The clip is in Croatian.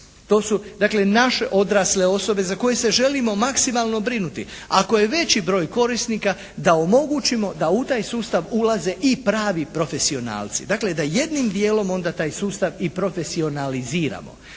dakle naše odrasle osobe za koje se želimo maksimalno brinuti. Ako je veći broj korisnika da omogućimo da u taj sustav ulaze i pravi profesionalci. Dakle, da jednim dijelom onda taj sustav i profesionaliziramo